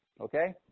Okay